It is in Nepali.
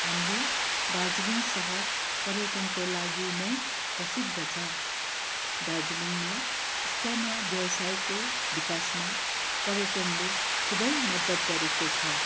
हाम्रो दार्जिलिङ सहर पर्यटनको लागि नै प्रसिद्ध छ दार्जिलिङमा स्थानीय व्यवसायको विकासमा पर्यटनले खुबै मद्दत गरेको छ